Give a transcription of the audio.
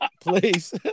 Please